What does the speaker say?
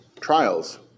trials